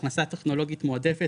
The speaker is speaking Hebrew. "הכנסה טכנולוגית מועדפת",